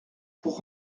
pour